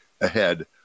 ahead